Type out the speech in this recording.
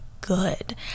good